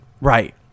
Right